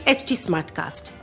htsmartcast।